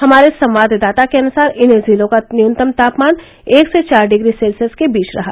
हमारे संवाददाता के अनुसार इन जिलों का न्यूनतम तापमान एक से चार डिग्री सेल्सियस के बीच रहा